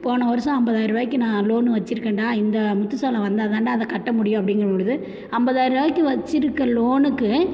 போன வருஷம் ஐம்பதாயிரூவாய்க்கி நான் லோன் வச்சிருக்கேன்டா இந்த முத்து சோளம் வந்தால்தாண்டா அதை கட்ட முடியும் அப்படிங்கும்பொலுது ஐம்பதாயிரூவாய்க்கி வச்சிருக்க லோனுக்கு